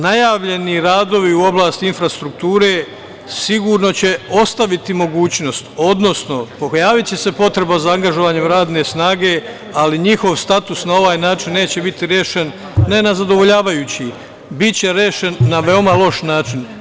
Najavljeni radovi u oblasti infrastrukture sigurno će ostaviti mogućnost, odnosno pojaviće se potreba za angažovanjem radne snage, ali njihov status na ovaj način neće biti rešen ne na zadovoljavajući, biće rešen na veoma loš način.